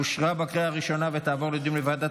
אושרה בקריאה הראשונה ותעבור לדיון בוועדת